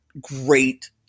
great